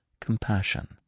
compassion